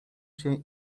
się